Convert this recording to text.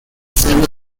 silver